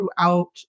throughout